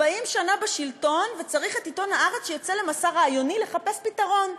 40 שנה בשלטון וצריך את עיתון "הארץ" שיצא למסע רעיוני לחפש פתרון.